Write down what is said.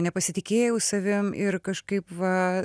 nepasitikėjau savim ir kažkaip va